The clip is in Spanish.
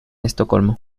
estocolmo